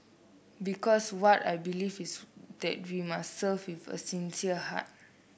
because what I believe is that we must serve with a sincere heart